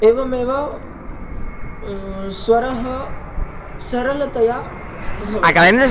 एवमेव स्वरः सरलतया भवति